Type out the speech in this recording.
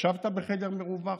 ישבת בחדר מרווח?